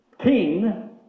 king